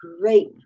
great